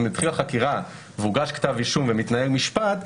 אם התחילה חקירה והוגש כתב אישום ומתנהל משפט,